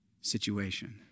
situation